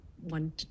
one